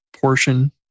portion